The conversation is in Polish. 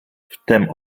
wtem